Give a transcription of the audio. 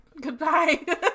Goodbye